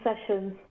sessions